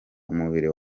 umubiri